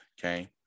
okay